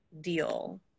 deal